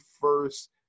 first